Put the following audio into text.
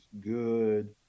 good